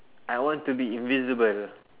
I want to be invisible